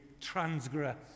transgress